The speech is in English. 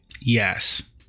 Yes